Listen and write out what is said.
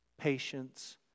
patience